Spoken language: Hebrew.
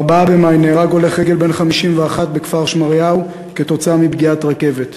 ב-4 במאי נהרג הולך רגל בן 51 בכפר-שמריהו כתוצאה מפגיעת רכבת,